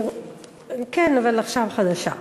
כן, אבל עכשיו חדשה.